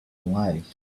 alive